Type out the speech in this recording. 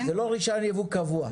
זה לא רישיון קבוע?